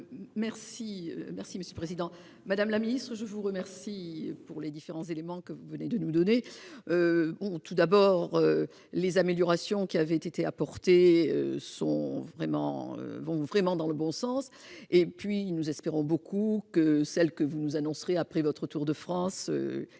Merci, merci Monsieur le Président Madame la Ministre je vous remercie pour les différents éléments que vous venez de nous donner. Ont tout d'abord. Les améliorations qui avait été apportées sont vraiment vont vraiment dans le bon sens et puis il nous espérons beaucoup que celle que vous nous annoncerez après votre tour de France